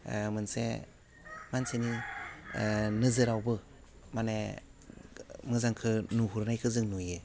ओह मोनसे मानसिनि ओह नोजोरावबो मानि मोजांखौ नुहरनायखौ जों नुयो